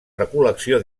recol·lecció